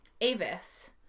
Avis